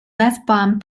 westbound